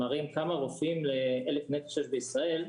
מראים כמה רופאים ל-1,000 נפש יש בישראל,